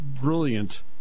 brilliant